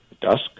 Dusk